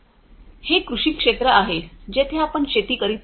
हे कृषी क्षेत्र आहे जेथे आपण शेती करीत नाही